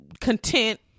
content